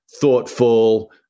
thoughtful